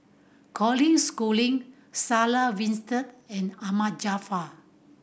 Colin Schooling Sarah Winstedt and Ahmad Jaafar